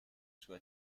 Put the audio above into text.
sue